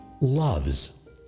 loves